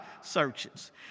searches